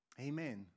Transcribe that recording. amen